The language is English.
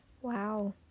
Wow